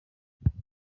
afurika